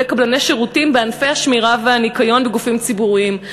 קבלני שירותים בענפי השמירה והניקיון בגופים ציבוריים,